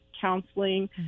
counseling